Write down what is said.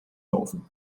novo